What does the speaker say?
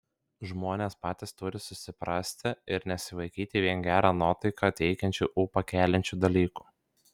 žmonės patys turi susiprasti ir nesivaikyti vien gerą nuotaiką teikiančių ūpą keliančių dalykų